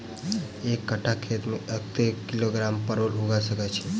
एक कट्ठा खेत मे कत्ते किलोग्राम परवल उगा सकय की??